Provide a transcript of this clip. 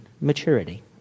maturity